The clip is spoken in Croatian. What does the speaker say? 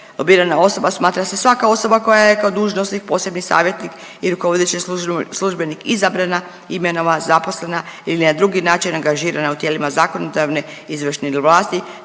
Lobirana osoba smatra se svaka osoba koja je kao dužnosnik, posebni savjetnik ili kao obični službenik izabrana, imenovana, zaposlena ili je na drugi način angažirana u tijelima zakonodavne i izvršne vlasti,